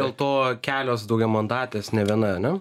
dėl to kelios daugiamandatės ne viena ane